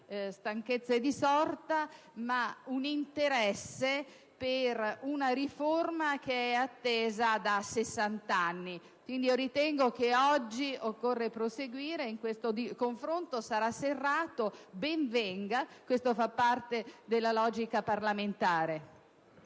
stanchezze di sorta, ma un interesse per una riforma che è attesa da sessant'anni. Ritengo, quindi, che oggi occorra proseguire. Il confronto sarà serrato: ben venga, questo fa parte della logica parlamentare.